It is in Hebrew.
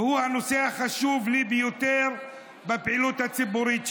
והוא הנושא החשוב לי ביותר בפעילות הציבורית שלי.